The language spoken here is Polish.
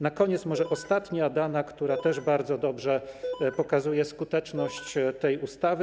Na koniec może ostatnie dane, które też bardzo dobrze pokazują skuteczność tej ustawy.